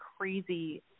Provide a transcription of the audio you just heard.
crazy